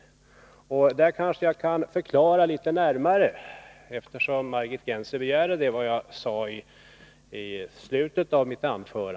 På den punkten kanske jag kan förklara mig litet närmare, eftersom Margit Gennser begärde det.